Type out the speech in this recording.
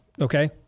Okay